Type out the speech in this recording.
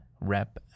rep